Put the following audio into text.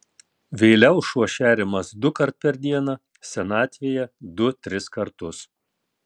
vėliau šuo šeriamas dukart per dieną senatvėje du tris kartus